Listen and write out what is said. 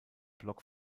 blog